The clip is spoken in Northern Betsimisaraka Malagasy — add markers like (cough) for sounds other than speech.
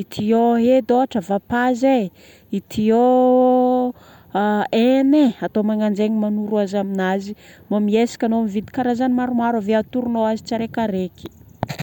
ity ô edy ôhatra vapaza e. Ity ô (hesitation) hena e. Atao magnano zegny manoro azy aminazy. Mbô miezaka anao mividy karazagny maromaro ave atoronao anazy tsiraikaraiky.